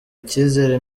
icyizere